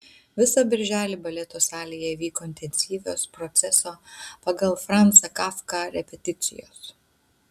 visą birželį baleto salėje vyko intensyvios proceso pagal franzą kafką repeticijos